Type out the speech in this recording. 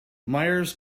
myers